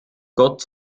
gott